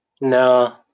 No